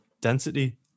density